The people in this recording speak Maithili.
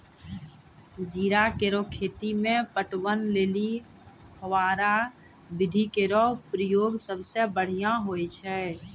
जीरा केरो खेती म पटवन लेलि फव्वारा विधि केरो प्रयोग सबसें बढ़ियां होय छै